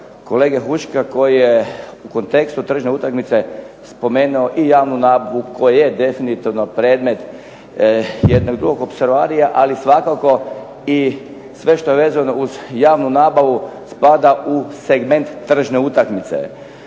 kolege Huška koji je u kontekstu tržišne utakmice spomenuo i javnu nabavu koja je definitivno predmet jednog drugog opservarija. Ali svakako i sve što je vezano uz javnu nabavu spada u segment tržišne utakmice.